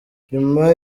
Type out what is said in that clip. nyuma